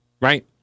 right